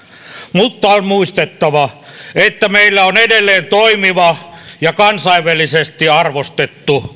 mutta on muistettava että meillä on edelleen toimiva ja kansainvälisesti arvostettu